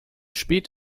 spät